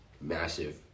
massive